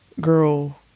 Girl